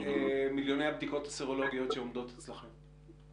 במיליוני הבדיקות הסרולוגיות שעומדות אצלכם.